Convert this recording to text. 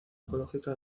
ecológica